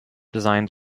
designs